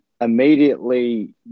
immediately